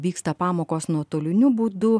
vyksta pamokos nuotoliniu būdu